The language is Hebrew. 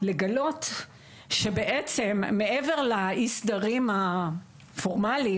לגלות שמעבר לאי הסדרים הפורמליים,